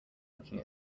looking